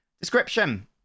description